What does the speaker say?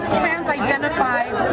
trans-identified